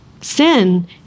Sin